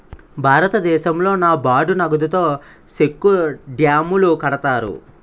భారతదేశంలో నాబార్డు నగదుతో సెక్కు డ్యాములు కడతారు